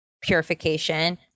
purification